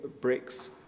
bricks